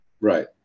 Right